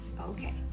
Okay